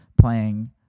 playing